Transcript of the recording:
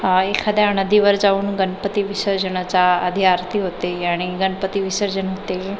एखाद्या नदीवर जाऊन गणपती विसर्जनाचा आधी आरती होते आणि गणपती विसर्जन होते